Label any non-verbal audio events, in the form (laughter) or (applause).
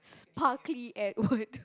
sparkly Edward (laughs)